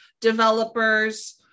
developers